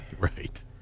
Right